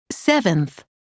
Seventh